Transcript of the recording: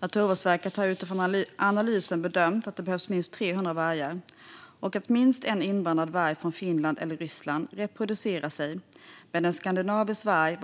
Naturvårdsverket har utifrån analysen bedömt att det behövs minst 300 vargar och att minst en invandrad varg från Finland eller Ryssland reproducerar sig med en skandinavisk varg